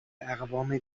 اقوام